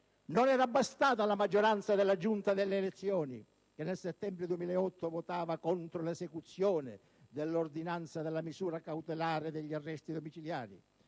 Non era bastata alla maggioranza della Giunta delle elezioni, che nel settembre 2008 votava contro l'esecuzione dell'ordinanza della misura cautelare degli arresti domiciliari,